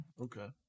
Okay